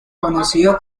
conocido